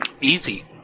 Easy